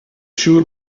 siŵr